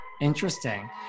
Interesting